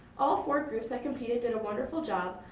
all four groups that competed did a wonderful job,